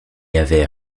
avait